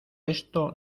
esto